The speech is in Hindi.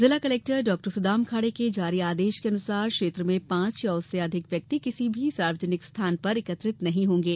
जिला कलेक्टर डॉ सुदाम खाडे के जारी आदेश के मुताबिक क्षेत्र में पांच या उससे अधिक व्यक्ति किसी भी सार्वजनिक स्थान पर एकत्रित नहीं होंगे